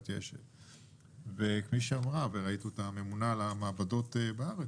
וכפי שאמרה הממונה על המעבדות בארץ,